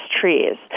trees